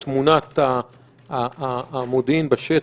את תמונת המודיעין בשטח,